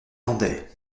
landais